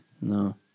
No